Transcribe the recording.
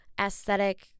aesthetic